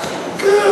כן,